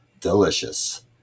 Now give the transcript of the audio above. delicious